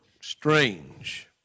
strange